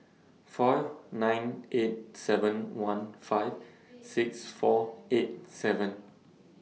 four nine eight seven one five six four eight seven